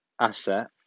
asset